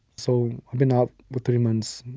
so i've been out for three months.